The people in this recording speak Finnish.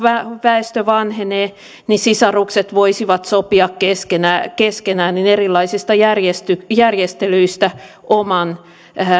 väestö vanhenee niin sisarukset voisivat sopia keskenään keskenään erilaisista järjestelyistä oman